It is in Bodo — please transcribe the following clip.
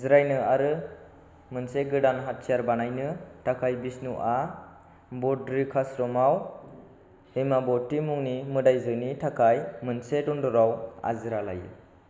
जिरायनो आरो मोनसे गोदान हाथियार बानायनो थाखाय बिष्णुआ बदरिक आश्रमआव हेमाबती मुंनि मोदायजोनि थाखाय मोनसे दन्दराव आजिरा लायो